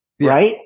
right